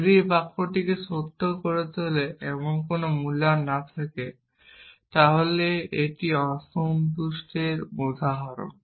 যদি এই বাক্যটিকে সত্য করে তোলে এমন কোনো মূল্যায়ন না থাকে তাহলে এটি অসন্তুষ্ট এর উদাহরণ